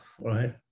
right